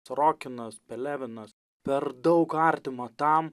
trokinas pelevinas per daug artimo tam